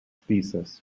thesis